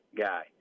guy